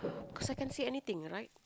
cause I can't feel anything right